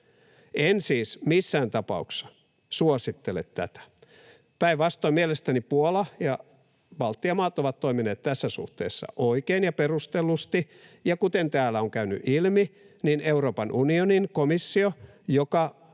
En siis missään tapauksessa suosittele tätä. Päinvastoin mielestäni Puola ja Baltian maat ovat toimineet tässä suhteessa oikein ja perustellusti, ja kuten täällä on käynyt ilmi, Euroopan unionin komissio, joka